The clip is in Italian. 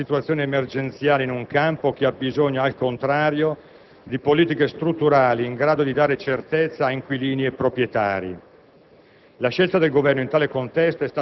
tende, anzi, a perpetuare una situazione emergenziale in un campo che abbisogna, al contrario, di politiche strutturali in grado di dare certezza a inquilini e proprietari.